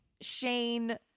Shane